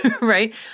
right